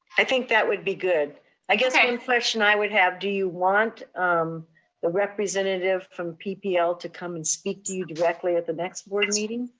i think that would be good. i guess one um question i would have, do you want the representative from ppl to come and speak to you directly at the next board meeting?